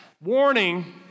warning